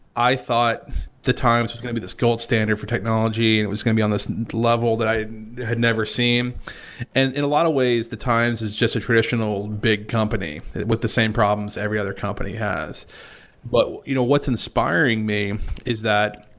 i thought the times was going to be this gold standard for technology and was going to be on this level that i had never seen and and a lot of ways the times is just a traditional big company with the same problems every other company has but, you know, what's inspiring me is that,